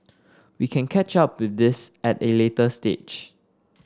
we can catch up with this at a later stage